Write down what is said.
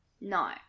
No